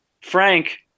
Frank